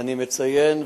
ואני מציין,